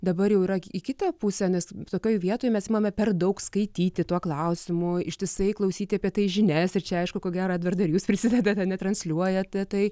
dabar jau yra į kitą pusę nes tokioj vietoj mes imame per daug skaityti tuo klausimu ištisai klausyti apie tai žinias ir čia aišku ko gero edvardai ir jūs prisidedat ar ne transliuojate tai